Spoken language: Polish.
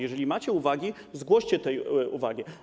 Jeżeli macie uwagi, zgłoście te uwagi.